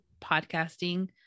podcasting